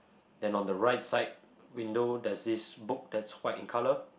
then on the right side window there's is book that's white in colour